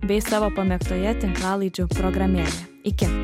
bei savo pamėgtoje tinklalaidžių programėlėjė iki